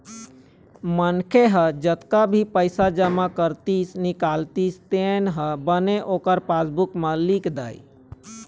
मनखे ह जतका भी पइसा जमा करतिस, निकालतिस तेन ह बने ओखर पासबूक म लिख दय